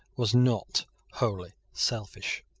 was not wholly selfish.